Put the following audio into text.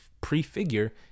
prefigure